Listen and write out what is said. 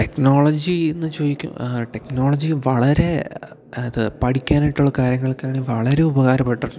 technology എന്നു ചോദിക്കും technology വളരെ അത് പഠിക്കാനായിട്ടുള്ള കാര്യങ്ങൾക്കാണ് വളരെ ഉപകാരപ്പെട്ടിട്ടുണ്ട്